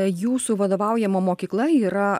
jūsų vadovaujama mokykla yra